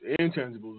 intangibles